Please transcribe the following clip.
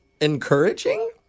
encouraging